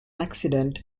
accident